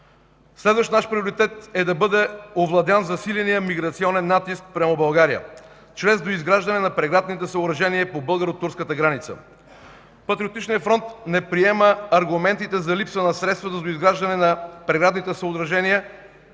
Следващ наш приоритет е да бъде овладян засиленият миграционен натиск спрямо България чрез доизграждане на преградните съоръжения по българо-турската граница. Патриотичният фронт не приема аргументите за липса на средства за доизграждане на преградните съоръжения